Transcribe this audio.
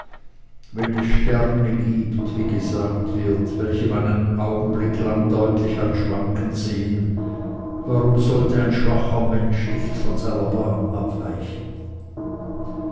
wenn es sterne gibt wie gesagt wird welche man einen augenblick lang deutlich hat schwanken sehen warum sollte ein schwacher mensch nicht von seiner bahn abweichen